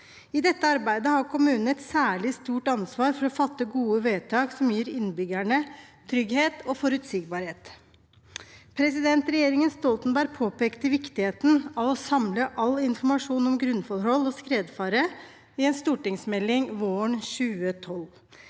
I dette arbeidet har kommunene et særlig stort ansvar for å fatte gode vedtak som gir innbyggerne trygghet og forutsigbarhet. Regjeringen Stoltenberg påpekte viktigheten av å samle all informasjon om grunnforhold og skredfare i en stortingsmelding våren 2012.